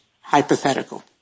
hypothetical